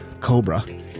Cobra